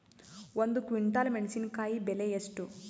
ಒಂದು ಕ್ವಿಂಟಾಲ್ ಮೆಣಸಿನಕಾಯಿ ಬೆಲೆ ಎಷ್ಟು?